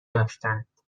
داشتند